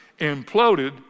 imploded